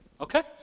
Okay